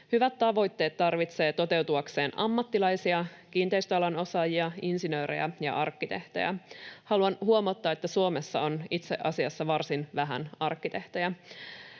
Hyvät tavoitteet tarvitsevat toteutuakseen ammattilaisia, kiinteistöalan osaajia, insinöörejä ja arkkitehtejä. Haluan huomauttaa, että Suomessa on itse asiassa varsin vähän arkkitehtejä.